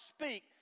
speak